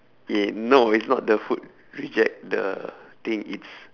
yeah no it's not the food reject the thing it's